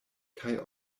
kaj